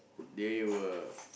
they were